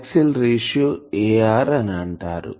axle ratio ని AR అని అంటారు